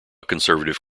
conservative